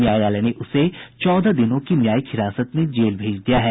न्यायालय ने उसे चौदह दिनों की न्यायिक हिरासत में जेल भेज दिया है